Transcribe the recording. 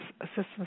assistance